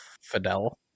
Fidel